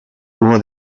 uno